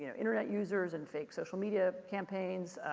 you know internet users and fake social media campaigns.